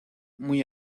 muy